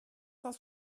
cent